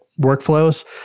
workflows